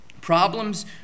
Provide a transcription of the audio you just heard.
Problems